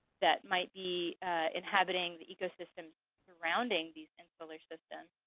that might be inhabiting the ecosystem surrounding these insular systems,